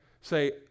Say